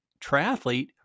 triathlete